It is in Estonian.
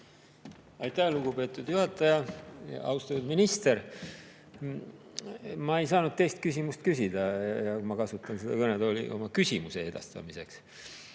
Aitäh, lugupeetud juhataja! Austatud minister! Ma ei saanud teist küsimust küsida ja ma kasutan kõnetooli oma küsimuse edastamiseks.